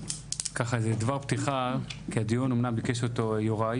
ככה דבר פתיחה, כי הדיון אמנם ביקש אותו יוראי